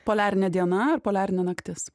poliarinė diena ar poliarinė naktis